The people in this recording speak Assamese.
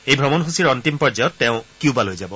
এই অমণসূচীৰ অন্তিম পৰ্যায়ত তেওঁ কিউবালৈ যাব